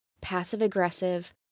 passive-aggressive